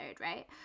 right